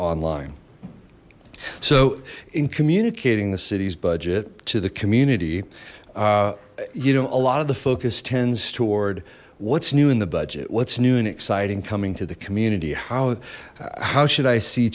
online so in communicating the city's budget to the community you know a lot of the focus tends toward what's new in the budget what's new and exciting coming to the community how how should i see